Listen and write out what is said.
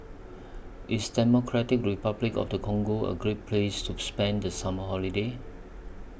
IS Democratic Republic of The Congo A Great Place to spend The Summer Holiday